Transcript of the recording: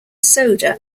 soda